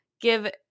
give